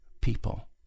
people